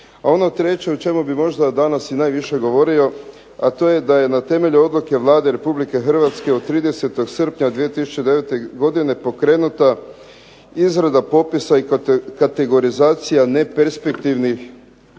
a ono treće o čemu bi možda danas i najviše govorio, a to je da je na temelju odluke Vlade RH od 30. srpnja 2009. godine pokrenuta izrada popisa i kategorizacija neperspektivnih